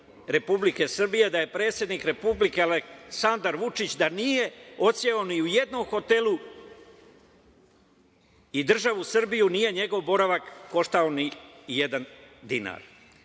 Republike Srbije, da predsednik Republike Aleksandar Vučić nije odseo ni u jednom hotelu i državu Srbiju nije njegov boravak koštao ni jedan dinar. Dragan